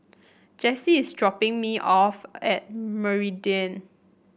Jessie is dropping me off at Meridian